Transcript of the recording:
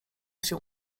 się